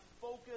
focus